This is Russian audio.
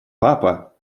папа